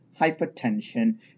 hypertension